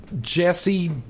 Jesse